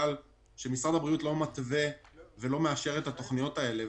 משרד הבריאות לא מתווה ולא מאשר את התכניות האלו.